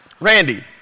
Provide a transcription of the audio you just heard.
Randy